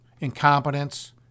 incompetence